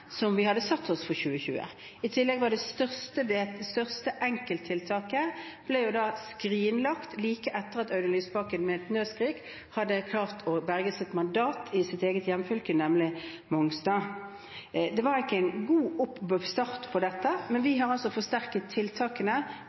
som vi hadde satt oss for 2020. I tillegg ble det største enkelttiltaket, Mongstad, skrinlagt like etter at Audun Lysbakken med et nødskrik hadde klart å berge sitt mandat i sitt eget hjemfylke. Det var ikke en god start på dette, men vi har forsterket tiltakene